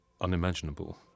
unimaginable